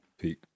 Peak